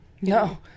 No